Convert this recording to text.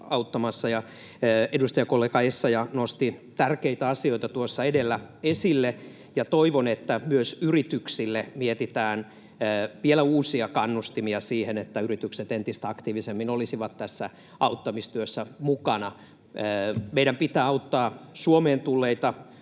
Edustajakollega Essayah nosti tärkeitä asioita esille, ja toivon, että myös yrityksille mietitään vielä uusia kannustimia siihen, että yritykset entistä aktiivisemmin olisivat tässä auttamistyössä mukana. Meidän pitää auttaa Suomeen tulleita